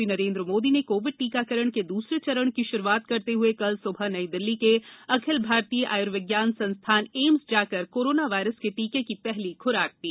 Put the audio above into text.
प्रधानमंत्री नरेन्द्र मोदी ने कोविड टीकाकरण के दूसरे चरण की शुरूआत करते हुए कल सुबह नई दिल्ली के अखिल भारतीय आयुर्विज्ञान संस्थान एम्स जाकर कोरोना वायरस के टीके की पहली ख्राक ली